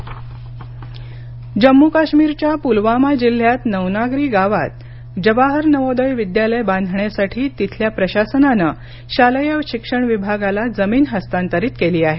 जम्मू काश्मीर जम्मू काश्मीरच्या पुलवामा जिल्ह्यात नौनागरी गावात जवाहर नवोदय विद्यालय बांधण्यासाठी तिथल्या प्रशासनानं शालेय शिक्षण विभागाला जमीन हस्तांतरित केली आहे